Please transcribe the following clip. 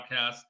podcast